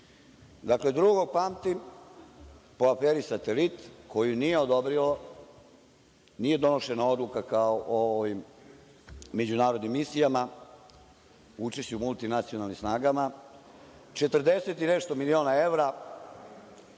Dakle, drugog pamtim po aferi „Satelit“, koju nije odobrio, nije donošena odluka kao o ovim međunarodnim misijama, učešćem u multinacionalnim snagama. Četrdeset i nešto miliona evra,